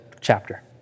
chapter